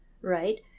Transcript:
right